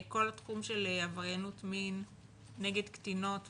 כל התחום של עבריינות מין נגד קטינות וקטינים,